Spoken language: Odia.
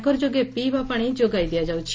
କର ଯୋଗେ ପିଇବା ପାଶି ଯୋଗାଇ ଦିଆଯାଉଛି